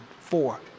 four